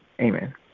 Amen